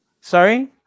Sorry